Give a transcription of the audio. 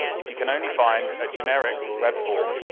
if you can only find a generic webform,